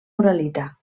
uralita